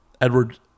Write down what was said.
Edward